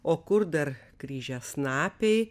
o kur dar kryžiasnapiai